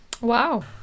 Wow